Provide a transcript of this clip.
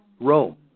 Rome